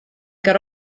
got